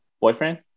boyfriend